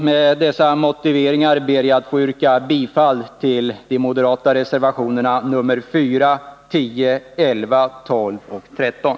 Med dessa motiveringar ber jag att få yrka bifall till de moderata reservationerna 4, 10, 11, 12 och 13.